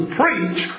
preach